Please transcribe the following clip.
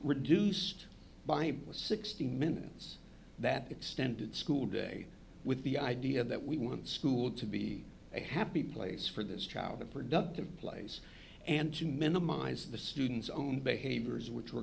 reduced by sixty minutes that extended school day with the idea that we want school to be a happy place for this child a productive place and to minimize the students own